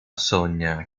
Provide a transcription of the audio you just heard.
sogna